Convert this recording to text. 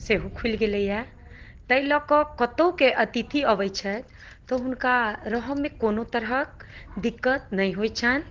सेहो खुलि गेलैए ताहि लअ कऽ कतौके अतिथि अबै छथि तऽ हुनका रहऽमे कोनो तरहक दिक्कत नहि होइ छनि